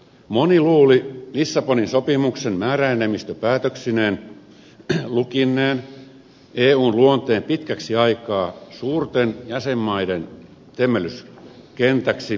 moni luuli lissabonin sopimuksen määräenemmistöpäätöksineen lukinneen eun luonteen pitkäksi aikaa suurten jäsenmaiden temmellyskentäksi äänivaltoineen